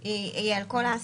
לא, היא על כל העסקים.